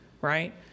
Right